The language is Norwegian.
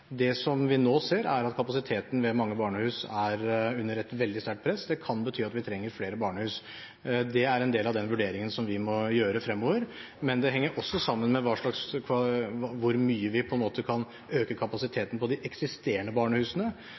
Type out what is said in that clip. Det som vi nå ser, er at kapasiteten ved mange barnehus er under et veldig sterkt press. Det kan bety at vi trenger flere barnehus. Det er en del av den vurderingen som vi må gjøre fremover. Men det henger også sammen med hvor mye vi kan øke kapasiteten på de eksisterende barnehusene,